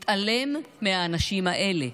מתעלם מהאנשים האלה.